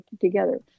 together